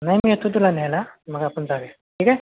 नाही मी येतो तुला न्यायला मग आपण जाऊया ठीक आहे